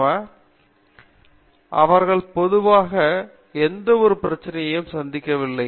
பேராசிரியர் ரவீந்திர கெட்டூ அவர்கள் பொதுவாக எந்த பெரிய பிரச்சனையையும் சந்திக்கவில்லை